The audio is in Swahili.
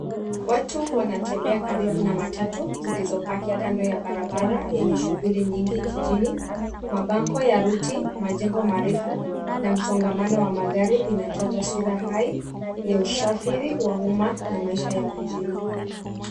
Watu wanatembea karibu na matatu zilizopali kando ya barabara yenye shughuli nyingi jijini. Mabango ya route ,majengo marefu na msongamano wa magari inatoa taswira hai ya usafiri wa umma na maisha ya mjini.